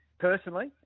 personally